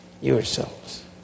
yourselves